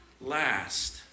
last